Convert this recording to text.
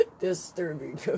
Disturbing